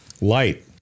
Light